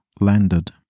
landed